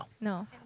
no